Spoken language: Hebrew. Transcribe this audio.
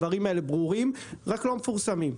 הדברים ברורים אבל לא מפורסמים.